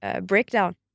Breakdown